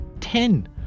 Ten